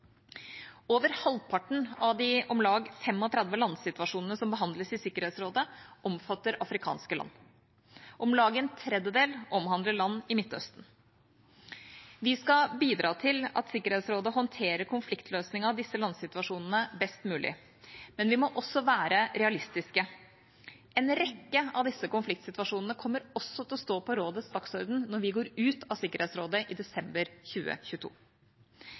Over halvparten av de om lag 35 landsituasjonene som behandles i Sikkerhetsrådet, omfatter afrikanske land. Om lag en tredjedel omhandler land i Midtøsten. Vi skal bidra til at Sikkerhetsrådet håndterer konfliktløsningen av disse landsituasjonene best mulig. Men, vi må også være realistiske: En rekke av disse konfliktsituasjonene kommer også til å stå på rådets dagsorden når vi går ut av Sikkerhetsrådet i desember 2022.